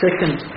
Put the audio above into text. Second